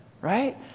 right